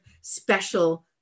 special